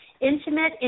intimate